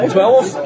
Twelve